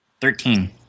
Thirteen